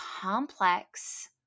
complex